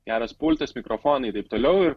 geras pultas mikrofonaiir taip toliau